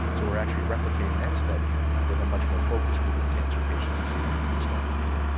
so we're actually replicating that study with a much more focused group of cancer patients to see if we can get stronger data.